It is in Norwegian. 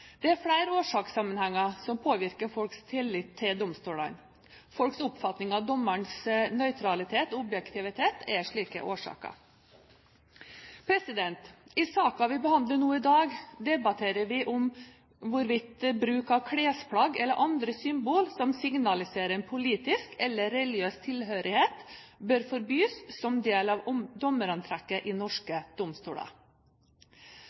Det er flere årsakssammenhenger som påvirker folks tillit til domstolene. Folks oppfatning av dommernes nøytralitet og objektivitet er slike årsaker. I saken vi behandler nå i dag, debatterer vi om hvorvidt bruk av klesplagg eller andre symboler som signaliserer en politisk eller religiøs tilhørighet, bør forbys som del av dommerantrekket i